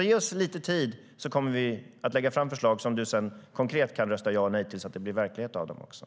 Ge oss lite tid så kommer vi att lägga fram förslag som Jens Holm konkret kan rösta ja eller nej till så att det blir verklighet av dem.